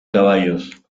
caballos